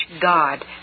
God